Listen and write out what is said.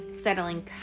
settling